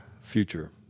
future